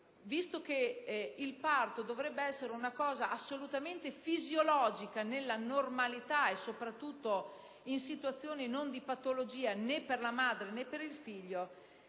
visto che il parto dovrebbe essere un evento assolutamente fisiologico, nella normalità e soprattutto in situazioni non di patologia né per la madre né per il figlio,